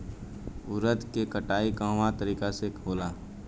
उरद के कटाई कवना तरीका से होला?